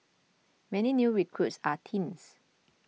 many new recruits are teens